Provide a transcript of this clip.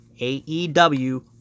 AEW